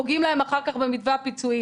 אנחנו פוגעים להם אחר כך במתווה הפיצויים.